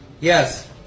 Yes